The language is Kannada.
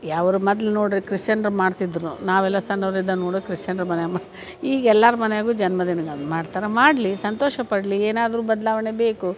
ಯ ಅವ್ರು ಮದ್ಲು ನೋಡಿರಿ ಕ್ರಿಶ್ಚನ್ರು ಮಾಡ್ತಿದ್ದರು ನಾವೆಲ್ಲ ಸಣ್ಣವ್ರು ಇದ್ದಾಗ ನೋಡು ಕ್ರಿಶ್ಚನ್ರು ಮನೆ ಮ ಈಗ ಎಲ್ಲಾರ ಮನೆಯಗೂ ಜನ್ಮ ದಿನ್ಗಳನ್ನು ಮಾಡ್ತಾರ ಮಾಡಲಿ ಸಂತೋಷ ಪಡಲಿ ಏನಾದರೂ ಬದಲಾವಣೆ ಬೇಕು